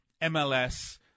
MLS